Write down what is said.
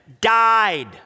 died